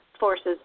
forces